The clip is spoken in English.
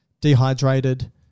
dehydrated